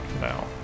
now